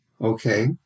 Okay